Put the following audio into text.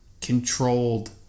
controlled